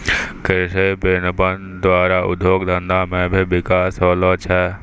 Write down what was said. कृषि विपणन द्वारा उद्योग धंधा मे भी बिकास होलो छै